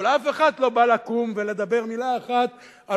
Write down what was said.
אבל אף אחד לא בא לקום ולדבר מלה אחת על